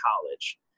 college